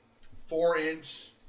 four-inch